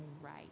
right